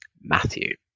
Matthew